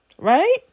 right